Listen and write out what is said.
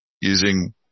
using